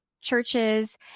churches